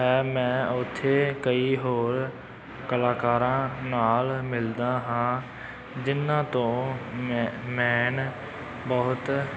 ਹੈ ਮੈਂ ਉੱਥੇ ਕਈ ਹੋਰ ਕਲਾਕਾਰਾਂ ਨਾਲ ਮਿਲਦਾ ਹਾਂ ਜਿਹਨਾਂ ਤੋਂ ਮੈਂ ਮੈਨ ਬਹੁਤ